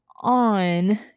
on